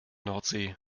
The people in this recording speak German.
nordsee